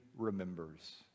remembers